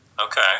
okay